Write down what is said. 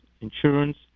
insurance